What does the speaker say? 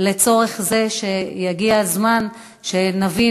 שיגיע הזמן שנבין,